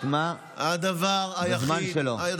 זה זמן שלו.